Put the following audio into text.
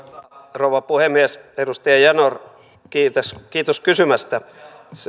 rouva puhemies edustaja yanor kiitos kiitos kysymästä yanar se